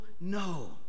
no